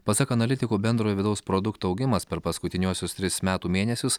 pasak analitikų bendrojo vidaus produkto augimas per paskutiniuosius tris metų mėnesius